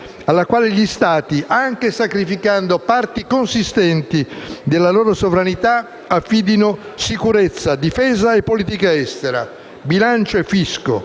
alla quale gli Stati, anche sacrificando parte consistenti della loro sovranità, affidino sicurezza, difesa e politica estera, bilancio e fisco.